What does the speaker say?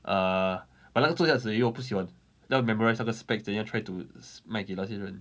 uh I like 坐下时又不喜欢那个 memorise 的 specs 这家 try to make it 那些人